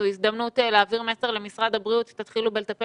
זו הזדמנות להעביר מסר למשרד הבריאות: תתחילו בלטפל